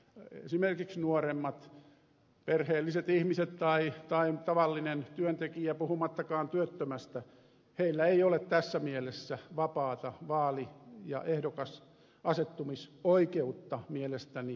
esimerkiksi nuoremmilla perheellisillä ihmisillä tai tavallisilla työntekijöillä puhumattakaan työttömistä ei ole tässä mielessä vapaata vaali ja ehdokkaaksisasettumisoikeutta mielestäni